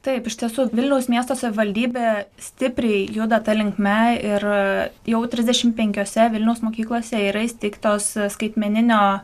taip iš tiesų vilniaus miesto savivaldybė stipriai juda ta linkme ir jau trisdešimt penkiose vilniaus mokyklose yra įsteigtos skaitmeninio